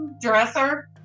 dresser